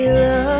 love